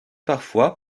parfois